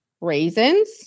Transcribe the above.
raisins